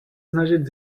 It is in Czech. snažit